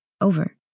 over